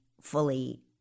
fully